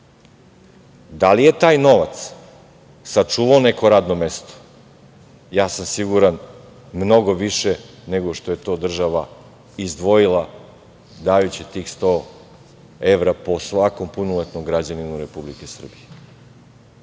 Da li je taj novac sačuvao neko radno mesto? Ja sam siguran - mnogo više nego što je to država izdvojila dajući tih 100 evra svakom punoletnom građaninu Republike Srbije.